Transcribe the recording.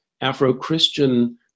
Afro-Christian